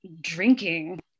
drinking